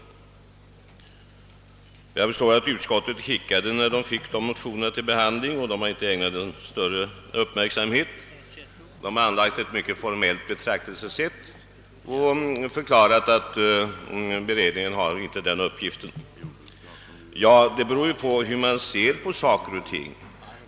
Utskottet har inte ägnat dem någon större uppmärksamhet, utan anlagt ett mycket formellt betraktelsesätt och förklarat att det inte ingår i utredningens uppgifter att ta ställning till den fråga vi har väckt. Emellertid beror det på hur man ser på saker och ting.